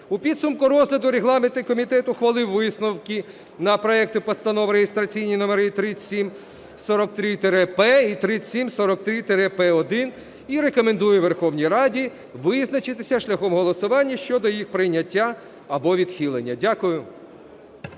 У підсумку розгляду регламентний комітет ухвалив висновки на проекти постанов реєстраційні номери 3743-П і 3743-П1 і рекомендує Верховній Раді визначитися шляхом голосування щодо їх прийняття або відхилення. Дякую.